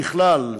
ככלל,